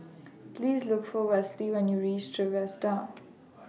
Please Look For Westley when YOU REACH Trevista